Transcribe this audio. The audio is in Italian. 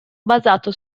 basato